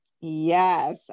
yes